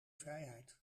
vrijheid